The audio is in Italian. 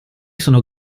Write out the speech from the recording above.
sono